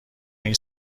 این